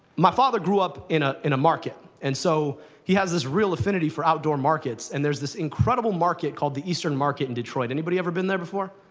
my father grew up in ah a market. and so he has this real affinity for outdoor markets. and there's this incredible market called the eastern market in detroit. anybody ever been there before?